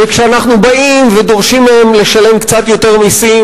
וכשאנחנו באים ודורשים מהם לשלם קצת יותר מסים,